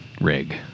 rig